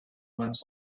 went